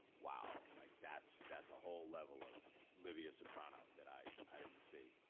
wow, like that's that's a whole level of livia soprano that i i didn't see.